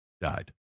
died